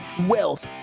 wealth